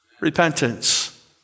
Repentance